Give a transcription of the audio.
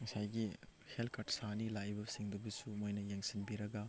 ꯉꯁꯥꯏꯒꯤ health card ꯁꯥꯅꯤ ꯂꯥꯛꯏꯕꯁꯤꯡꯗꯨꯕꯨꯁꯨ ꯃꯣꯏꯅ ꯌꯦꯡꯁꯤꯟꯕꯤꯔꯒ